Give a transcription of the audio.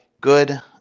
good